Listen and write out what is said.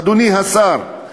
אדוני השר,